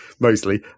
Mostly